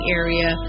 area